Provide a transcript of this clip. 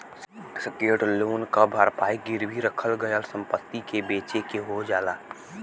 secured loan क भरपाई गिरवी रखल गयल संपत्ति के बेचके हो जाला